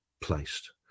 placed